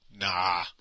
Nah